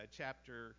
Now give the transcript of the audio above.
chapter